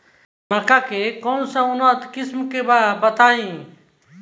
मक्का के कौन सा उन्नत किस्म बा बताई?